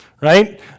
Right